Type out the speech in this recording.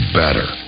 better